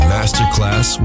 Masterclass